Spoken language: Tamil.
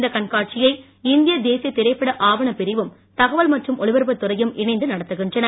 இந்த கண்காட்சியை இந்திய தேசிய திரைப்பட ஆவணப்பிரிவும் தகவல் மற்றும் ஒலிபரபுத்துறையும் இணைந்து நடத்தகின்றன